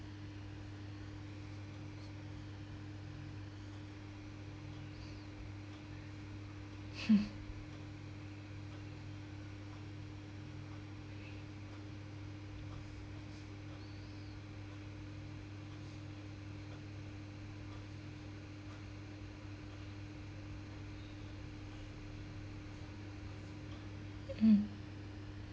mm